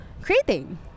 creating